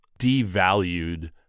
devalued